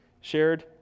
shared